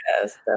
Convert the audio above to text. Yes